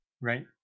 right